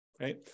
Right